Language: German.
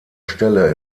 stelle